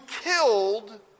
killed